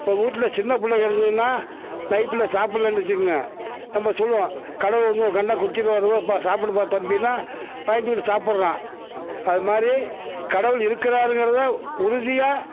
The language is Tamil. இப்போ வீட்ல சின்ன பிள்ளைங்க இருந்ததுன்னா நைட்டில் சாப்புடலன்னு வச்சிக்கிங்க நம்ப சொல்லுவோம் கடவுள் வந்து உன் கண்ணை குத்திடுவாரு சாப்பிடுப்பா தம்பினால் பயந்துகிட்டு சாப்புடறான் அது மாதிரி கடவுள் இருக்கிறாருங்கிறத உறுதியாக